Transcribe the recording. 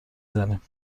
دانیم